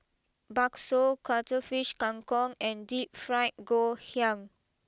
Bakso Cuttlefish Kang Kong and deep Fried Ngoh Hiang